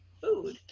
food